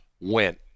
went